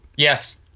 Yes